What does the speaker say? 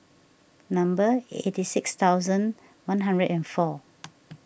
number eighty six thousand one hundred and four